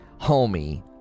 homie